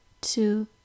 two